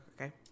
okay